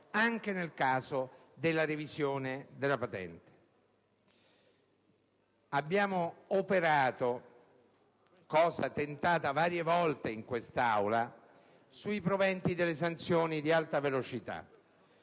anche nel caso di revisione della patente. Siamo intervenuti - cosa tentata varie volte in quest'Aula - sui proventi delle sanzioni per alta velocità,